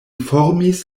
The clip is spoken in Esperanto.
formis